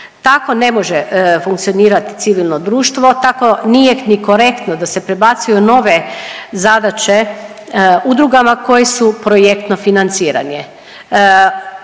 Tako ne može funkcionirati civilno društvo, tako nije ni korektno da se prebacuju nove zadaće udrugama koje su projektno financiranje.